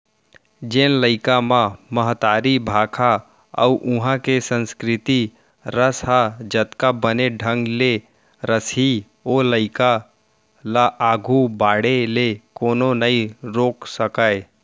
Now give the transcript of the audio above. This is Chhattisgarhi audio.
जेन लइका म महतारी भाखा अउ उहॉं के संस्कृति रस ह जतका बने ढंग ले रसही ओ लइका ल आघू बाढ़े ले कोनो नइ रोके सकयँ